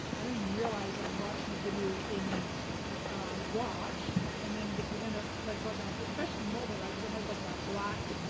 i didn't realize i'm and watching a video in watch, and then, because then, it's like, go that, especially in mobile, right? because it has like that black,